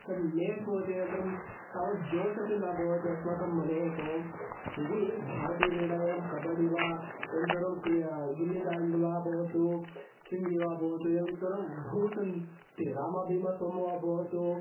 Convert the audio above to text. तत् लेट् भवति अनन्तरं तावत् जोषपि न भवति अस्माकं मनः तु यदि भारतीयक्रीडायां कबड्डि वा एवं सर्वं क्रि गिल्लिदाण्ड् वा भवतु चुङ्गी वा भवतु एवं सर्वं बहु सन्ति रामाबीमासोम वा भवतु